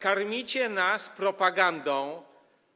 Karmicie nas propagandą,